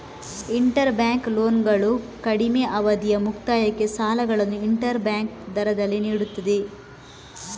inter bank ಲೋನ್ಗಳು ಕಡಿಮೆ ಅವಧಿಯ ಮುಕ್ತಾಯಕ್ಕೆ ಸಾಲಗಳನ್ನು ಇಂಟರ್ ಬ್ಯಾಂಕ್ ದರದಲ್ಲಿ ನೀಡುತ್ತದೆ